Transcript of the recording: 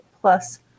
plus